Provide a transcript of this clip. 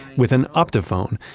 with an optophone,